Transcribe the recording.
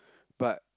but